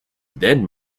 then